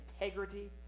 integrity